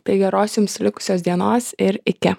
tai geros jums likusios dienos ir iki